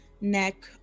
neck